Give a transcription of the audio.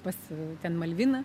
pas ten malviną